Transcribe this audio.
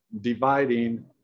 dividing